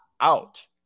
out